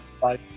Bye